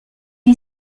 est